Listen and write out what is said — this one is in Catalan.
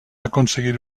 aconseguir